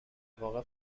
واقع